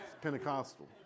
Pentecostal